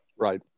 Right